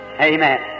Amen